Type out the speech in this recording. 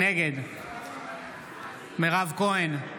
נגד מירב כהן, נגד מתן כהנא,